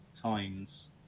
times